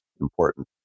important